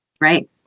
Right